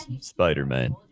Spider-Man